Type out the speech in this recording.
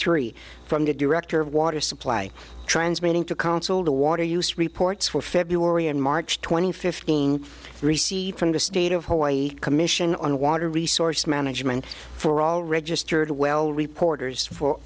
three from the director of water supply transmitting to console the water use reports for february and march twenty fifth being received from the state of hawaii commission on water resource management for all registered well reporters for